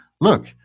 look